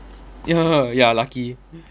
ya lucky